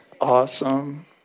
Awesome